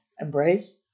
Embrace